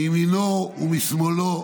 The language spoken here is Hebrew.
מימינו ומשמאלו,